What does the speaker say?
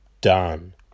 done